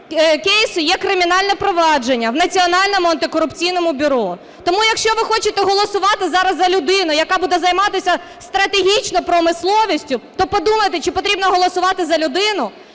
кейсу є кримінальне провадження в Національному антикорупційному бюро. Тому, якщо ви хочете голосувати зараз за людину, яка буде займатися стратегічною промисловістю, то подумайте, чи потрібно голосувати за людину,